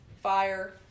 fire